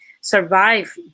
survive